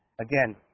Again